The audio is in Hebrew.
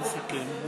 ניגשים להצבעה.